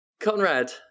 Conrad